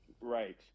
right